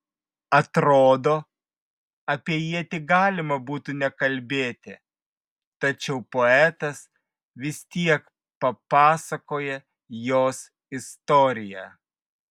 atrodo apie ietį galima būtų nekalbėti tačiau poetas vis tiek papasakoja jos istoriją